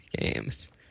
games